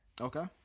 Okay